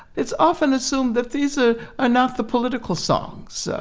it's often assumed that these are enough the political songs,